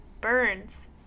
burns